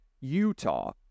Utah